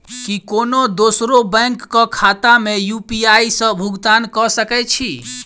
की कोनो दोसरो बैंक कऽ खाता मे यु.पी.आई सऽ भुगतान कऽ सकय छी?